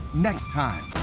next time,